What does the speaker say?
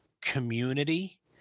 community